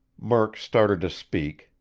murk started to speak,